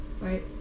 right